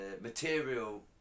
material